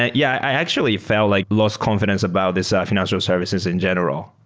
yeah, i actually felt like lost confi dence about this fi nancial services in general.